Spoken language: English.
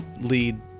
lead